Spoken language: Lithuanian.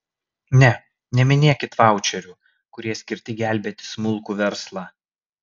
ne neminėkit vaučerių kurie skirti gelbėti smulkų verslą